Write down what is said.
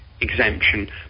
exemption